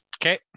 Okay